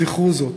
זכרו זאת.